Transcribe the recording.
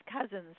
cousins